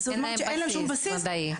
ואין לזה שום בסיס מדעי.